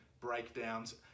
breakdowns